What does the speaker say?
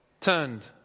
turned